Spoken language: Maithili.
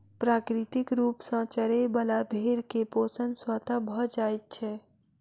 प्राकृतिक रूप सॅ चरय बला भेंड़ के पोषण स्वतः भ जाइत छै